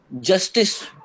justice